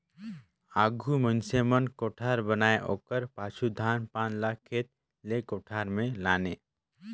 आघु मइनसे मन कोठार बनाए ओकर पाछू धान पान ल खेत ले कोठार मे लाने